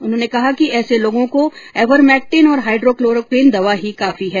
उन्होंने कहा कि ऐसे लोगों को आइवरमेक्टिन और हाइड्रोक्लोरोक्विन दवा की काफी है